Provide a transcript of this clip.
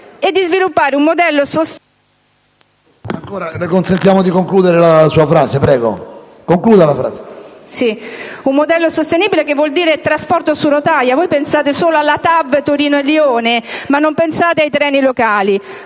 *(M5S)*. Un modello sostenibile vuol dire trasporto su rotaia. Voi pensate solo alla TAV Torino-Lione, ma non pensate ai treni locali.